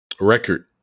record